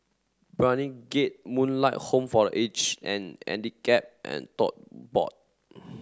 Brani Gate Moonlight Home for Age and Handicap and Tote Board